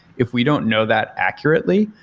if we don't know that accurately,